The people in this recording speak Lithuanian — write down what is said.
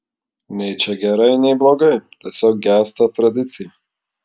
nei čia gerai nei blogai tiesiog gęsta tradicija